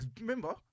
Remember